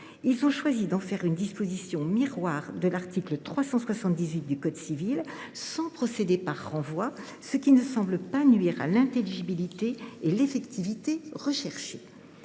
Ils ont choisi d’en faire une disposition miroir de l’article 378 du code civil sans procéder par renvoi, ce qui ne semble pas nuire à l’intelligibilité et à l’effectivité recherchées.